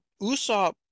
Usopp